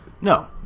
No